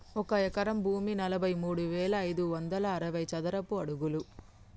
ఒక ఎకరం భూమి నలభై మూడు వేల ఐదు వందల అరవై చదరపు అడుగులు